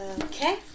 Okay